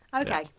okay